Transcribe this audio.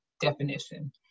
definition